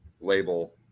label